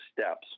steps